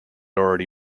already